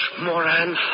Moran